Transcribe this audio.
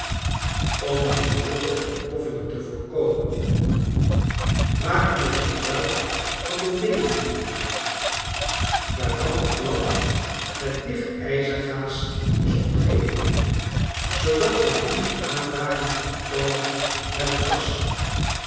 om die noodlottige ontploffingen te voorkomen maakte men gebruik van de davy lampen waarvan de vlam met dicht ijzergaas is omgeven zoodat zij niet in aanraking kan komen met het gas